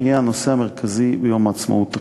יהיה הנושא המרכזי ביום העצמאות הקרוב.